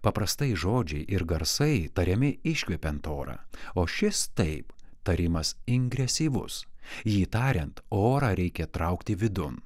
paprastai žodžiai ir garsai tariami iškvepiant orą o šis taip tarimas ingresyvus jį tariant orą reikia traukti vidun